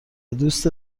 دوست